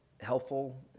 helpful